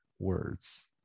words